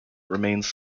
remains